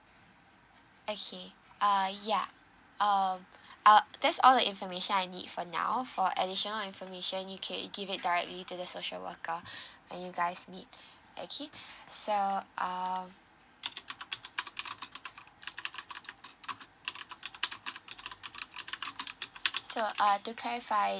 okay err ya um uh that's all the information I need for now for additional information you can you give it directly to the social worker when you guys meet okay so um so uh to clarify